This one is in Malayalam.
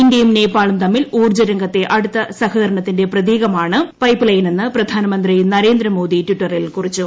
ഇന്ത്യയും നേപ്പാളും തമ്മിൽ ഊർജ്ജ രംഗത്തെ അടുത്തു സ്ഹുകരണത്തിന്റെ പ്രതീകമാണ് പൈപ്പ്ലൈനെന്ന് പ്രധാനമന്ത്രീ നരേന്ദ്രമോദി ടിറ്ററിൽ കുറിച്ചു